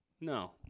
No